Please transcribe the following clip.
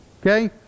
Okay